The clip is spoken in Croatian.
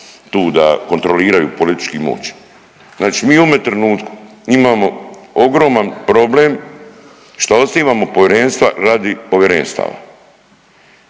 tu da kontroliraju politički moć. Znači mi u ovome trenutku imamo ogroman problem šta osnivamo povjerenstva radi povjerenstava.